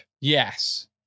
Yes